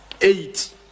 eight